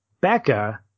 Becca